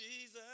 Jesus